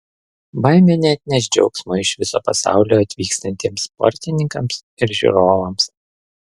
baimė neatneš džiaugsmo iš viso pasaulio atvykstantiems sportininkams ir žiūrovams